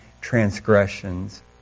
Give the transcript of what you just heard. transgressions